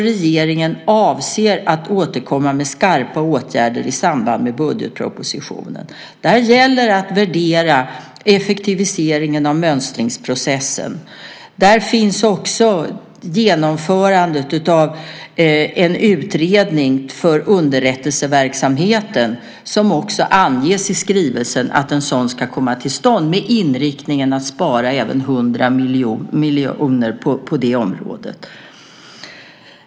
Regeringen avser att återkomma med skarpa åtgärder i samband med budgetpropositionen. Där gäller det att värdera effektiviseringen av mönstringsprocessen. Där finns också genomförandet av en utredning för underrättelseverksamheten - att en sådan ska komma till stånd anges även i skrivelsen - med inriktningen att spara 100 miljoner på det området.